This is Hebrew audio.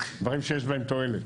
דברים שיש להם תועלת,